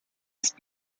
است